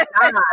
God